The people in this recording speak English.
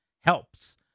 helps